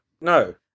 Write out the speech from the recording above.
No